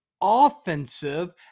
offensive